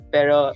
Pero